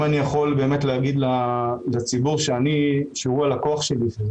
אם אני יכול להגיד לציבור שהוא הלקוח שלי,